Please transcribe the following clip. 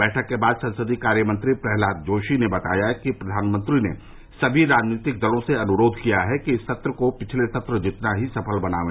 बैठक के बाद संसदीय कार्य मंत्री प्रह्लाद जोशी ने बताया कि प्रधानमंत्री ने समी राजनीतिक दलों से अनुरोध किया है कि इस सत्र को पिछले सत्र जितना ही सफल बनाए